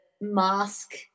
mask